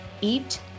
eat